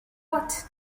what